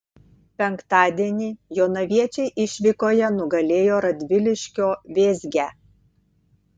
penktadienį jonaviečiai išvykoje nugalėjo radviliškio vėzgę